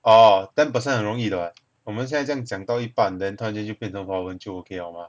orh ten percent 很容易的 lah 我们现在这样讲多一半 then 突然间就变成华文就 okay liao mah